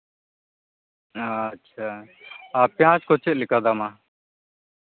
ᱟᱪᱪᱷᱟ ᱟᱨ ᱯᱮᱸᱭᱟᱡᱽ ᱠᱚ ᱪᱮᱫ ᱞᱮᱠᱟ ᱫᱟᱢᱟ